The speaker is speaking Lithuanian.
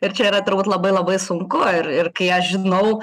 ir čia yra turbūt labai labai sunku ir ir kai aš žinau